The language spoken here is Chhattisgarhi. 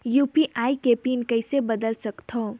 यू.पी.आई के पिन कइसे बदल सकथव?